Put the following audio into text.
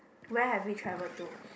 where have we travel to